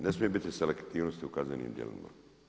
Ne smije biti selektivnosti u kaznenim djelima.